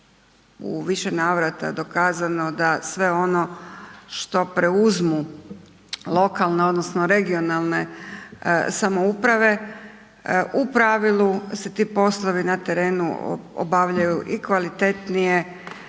u više navrata dokazano da sve ono što preuzmu lokalne odnosno regionalne samouprave u pravilu se ti poslovi na terenu obavljaju i kvalitetnije